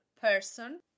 person